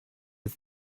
but